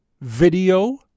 video